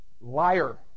liar